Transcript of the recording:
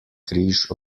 križ